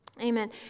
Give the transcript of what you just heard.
Amen